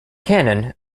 cannon